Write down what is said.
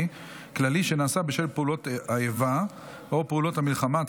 כללי שנעשה בשל פעולות האיבה או פעולות המלחמה),